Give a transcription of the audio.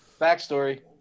Backstory